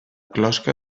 closca